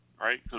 right